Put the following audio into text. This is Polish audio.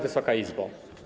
Wysoka Izbo!